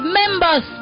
members